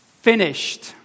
finished